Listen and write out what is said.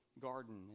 garden